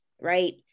right